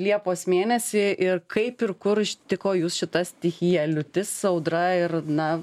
liepos mėnesį ir kaip ir kur ištiko jus šita stichija liūtis audra ir na